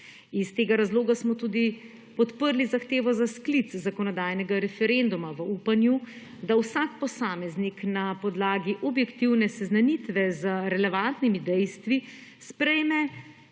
Iz tega razloga smo tudi podprli zahtevo za sklic zakonodajnega referenduma v upanju, da vsak posameznik na podlagi objektivne seznanitve z relevantnimi dejstvi sprejme